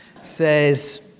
says